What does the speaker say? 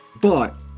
but-